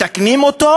מתקנים אותו.